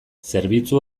zerbitzu